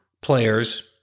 players